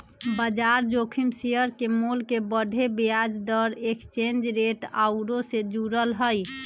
बजार जोखिम शेयर के मोल के बढ़े, ब्याज दर, एक्सचेंज रेट आउरो से जुड़ल हइ